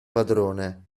padrone